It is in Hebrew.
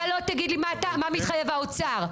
אתה לא תגיד לי על מה מתחייב האוצר,